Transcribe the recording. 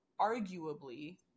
arguably